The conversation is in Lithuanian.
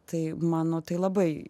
tai mano tai labai